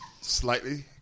slightly